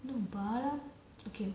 no bala okay